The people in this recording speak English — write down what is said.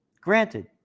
Granted